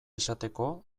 esateko